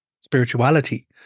spirituality